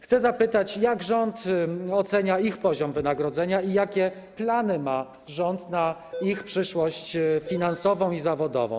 Chcę zapytać, jak rząd ocenia ich poziom wynagrodzenia i jakie plany ma rząd na ich przyszłość finansową i zawodową.